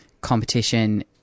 competition